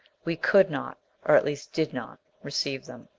we could not or, at least, did not receive them.